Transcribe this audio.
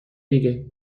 دیگه